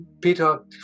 Peter